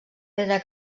pedra